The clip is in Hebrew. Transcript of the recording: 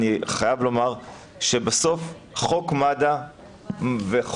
אני חייב לומר שבסוף חוק מד"א וחוק